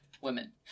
women